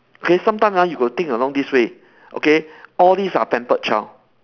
okay sometimes ah you got to think along this way okay all these are pampered child